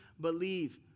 believe